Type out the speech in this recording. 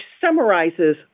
summarizes